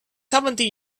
seventy